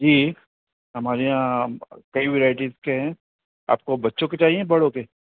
جی ہمارے یہاں کئی ورائٹیز کے ہیں آپ کو بچوں کے چاہیے بڑوں کےہ